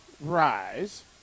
rise